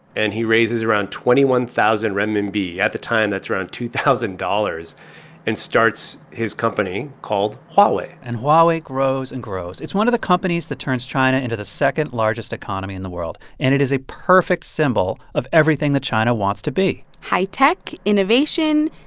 and he raises around twenty one thousand renminbi at the time, that's around two thousand dollars and starts his company called huawei and huawei grows and grows. it's one of the companies that turns china into the second-largest economy in the world. and it is a perfect symbol of everything that china wants to be high-tech, innovation,